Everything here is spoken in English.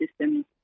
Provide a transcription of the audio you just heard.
system